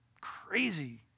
crazy